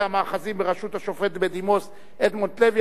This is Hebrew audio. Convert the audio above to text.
המאחזים בראשות השופט בדימוס אדמונד לוי,